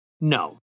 No